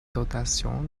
dotations